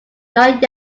not